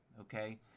okay